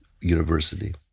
university